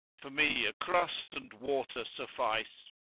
for me, a crust and water suffice.